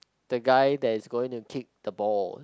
the guy that is going to kick the ball